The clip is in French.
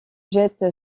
jette